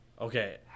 Okay